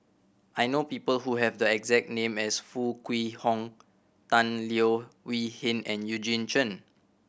I know people who have the exact name as Foo Kwee Horng Tan Leo Wee Hin and Eugene Chen